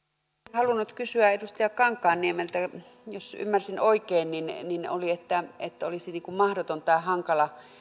halunnut kysyä edustaja kankaanniemeltä jos ymmärsin oikein niin olisi mahdoton tai hankala